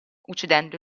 uccidendo